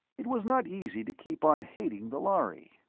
it was not easy to keep on hating the lhari.